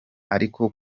ariko